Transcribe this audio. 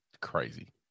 Crazy